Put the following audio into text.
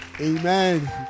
Amen